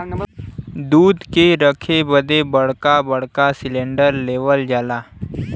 दूध के रखे बदे बड़का बड़का सिलेन्डर लेवल जाला